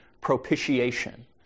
propitiation